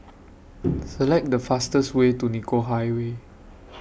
Select The fastest Way to Nicoll Highway